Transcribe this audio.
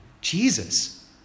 Jesus